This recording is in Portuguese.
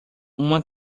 uma